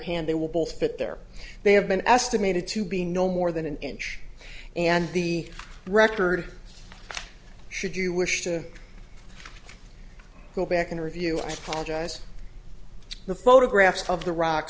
hand they will both fit there they have been estimated to be no more than an inch and the record should you wish to go back and review i apologize the photographs of the rock